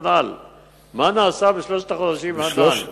מה נעשה בשלושת החודשים הנ"ל?